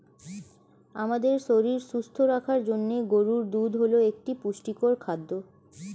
আমাদের শরীর সুস্থ রাখার জন্য গরুর দুধ হল একটি পুষ্টিকর খাদ্য